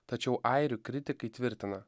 tačiau airių kritikai tvirtina